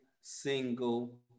single